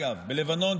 אגב: בלבנון,